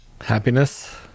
Happiness